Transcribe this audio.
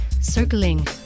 circling